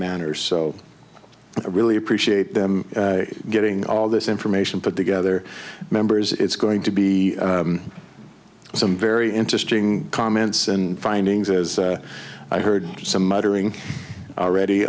manner so i really appreciate them getting all this information put together members it's going to be some very interesting comments and findings as i heard some muttering already